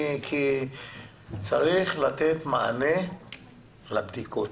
צריך לתת מענה לנושא הבדיקות.